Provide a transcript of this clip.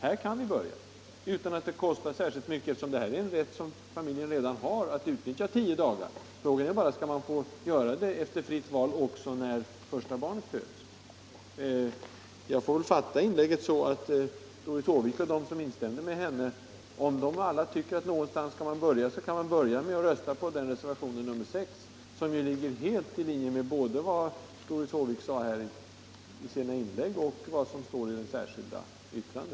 Här kan vi börja utan att det kostar särskilt mycket, eftersom familjen redan har rätten att utnyttja dessa tio dagar. Frågan är bara: Skall man få göra det, efter fritt val, också när första barnet föds? Jag får väl fatta inlägget så, att om Doris Håvik och de som instämmer med henne tycker att man måste börja någonstans, kan man börja med att rösta på reservationen 6, som ju ligger helt i linje med både vad Doris Håvik sade i sina inlägg och vad som står i hennes särskilda yttrande.